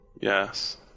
Yes